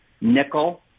Nickel